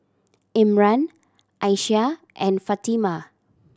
Imran Aisyah and Fatimah